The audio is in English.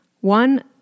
One